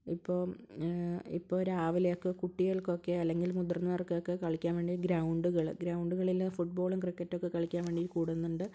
ഇപ്പോൾ ഇപ്പോൾ രാവിലെ ഒക്കെ കുട്ടികൾക്ക് ഒക്കെ അല്ലെങ്കിൽ മുതിർന്നവർക്കൊക്കെ കളിയ്ക്കാൻ വേണ്ടിട്ടു ഗ്രൗണ്ടുകൾ ഗ്രൗണ്ടുകളിൽ ഫുട്ബോളും ക്രിക്കറ്റ് ഒക്കെ കളിയ്ക്കാൻ വേണ്ടി കൂടുന്നുണ്ട്